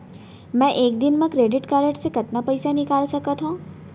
मैं एक दिन म क्रेडिट कारड से कतना पइसा निकाल सकत हो?